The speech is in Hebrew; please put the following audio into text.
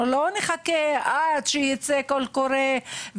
אנחנו לא צריכים לחכות עד שייצא ׳קול קורא׳,